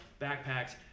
backpacks